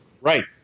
right